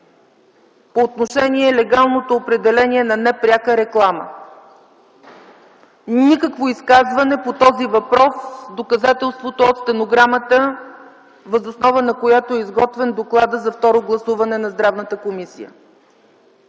по отношение легалното определение на непряка реклама. Никакво изказване по този въпрос. Доказателството – от стенограмата, въз основа на която е изготвен докладът за второ гласуване на Комисията